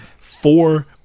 four